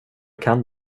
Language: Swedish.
kan